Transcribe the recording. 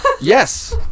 Yes